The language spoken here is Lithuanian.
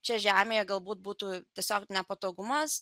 čia žemėje galbūt būtų tiesiog nepatogumas